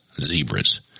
zebras